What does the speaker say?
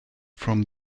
from